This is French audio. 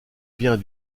biens